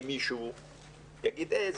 שלא יקרה שמישהו יגיד "אה,